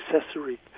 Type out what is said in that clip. accessory